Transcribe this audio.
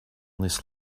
this